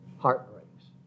heartbreaks